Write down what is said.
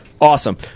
Awesome